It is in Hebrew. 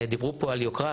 דיברו פה על יוקרה,